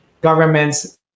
government's